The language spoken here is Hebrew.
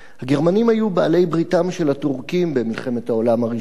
הגרמנים היו בעלי בריתם של הטורקים במלחמת העולם הראשונה.